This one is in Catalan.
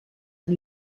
amb